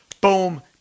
Boom